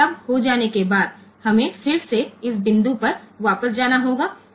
તો આ બધું થઈ ગયા પછી આપણી પાસે આ હશે તો આપણે ફરીથી આ બિંદુ પર પાછા જવું પડશે